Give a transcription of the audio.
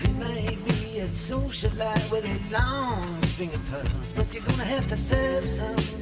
be a socialite with a long string of pearls but you're gonna have to serve so